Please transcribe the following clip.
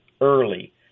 early